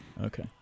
Okay